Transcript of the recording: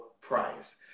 price